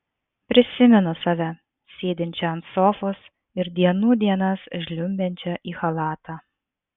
prisimenu save sėdinčią ant sofos ir dienų dienas žliumbiančią į chalatą